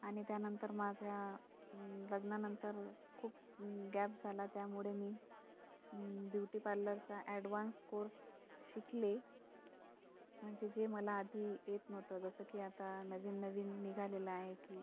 आणि त्यानंतर माझ्या लग्नानंतर खूप गॅप झाला त्यामुडे मी ब्युटी पार्लरचा ॲडवान्स कोर्स शिकले म्हणजे जे मला आधी येत नव्हतं जसं की आता नवीननवीन निघालेला आहे की